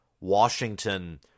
Washington